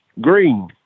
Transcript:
green